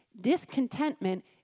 Discontentment